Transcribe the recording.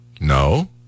No